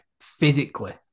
physically